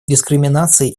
дискриминацией